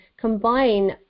combine